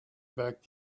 back